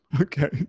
Okay